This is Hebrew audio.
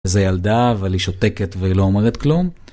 איזה ילדה, אבל היא שותקת ולא אומרת כלום.